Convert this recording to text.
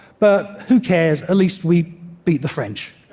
but who cares at least we beat the french.